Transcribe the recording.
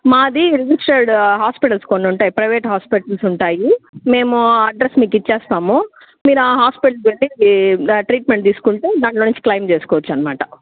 మాది registered hospitals కొన్ని ఉంటాయి ప్రైవేట్ హాస్పిటల్స్ ఉంటాయి మేము అడ్రస్ మీకు ఇచ్చేస్తాము మీరు ఆ హాస్పిటల్కి వెళ్ళి ట్రీట్మెంట్ తీసుకుంటే దాంట్లో నుంచి క్లెయిమ్ చేసుకోవచ్చు అనమాట